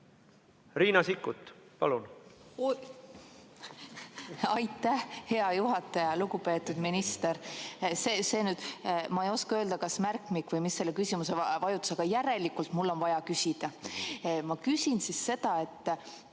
Riina Sikkut, palun!